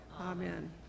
Amen